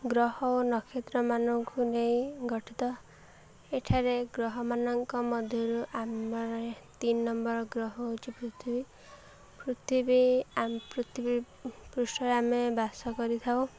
ଗ୍ରହ ଓ ନକ୍ଷତ୍ରମାନଙ୍କୁ ନେଇ ଗଠିତ ଏଠାରେ ଗ୍ରହମାନଙ୍କ ମଧ୍ୟରୁ ଆମର ତିନି ନମ୍ବର ଗ୍ରହ ହେଉଛି ପୃଥିବୀ ପୃଥିବୀ ପୃଥିବୀ ପୃଷ୍ଠରେ ଆମେ ବାସ କରିଥାଉ